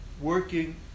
working